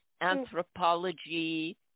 anthropology